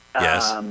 yes